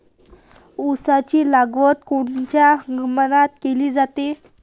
ऊसाची लागवड कोनच्या हंगामात केली जाते?